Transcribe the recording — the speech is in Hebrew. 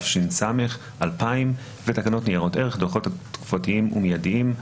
התש"ס-2000 ותקנות ניירות ערך (דוחות תקופתיים ומיידיים),